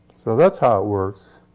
so that's how it works.